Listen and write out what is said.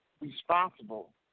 responsible